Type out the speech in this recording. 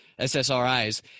ssris